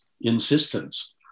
insistence